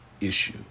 issue